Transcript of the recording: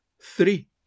Three